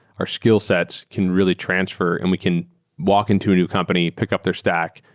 our skillsets can really transfer and we can walk into a new company, pickup their stack,